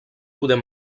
poder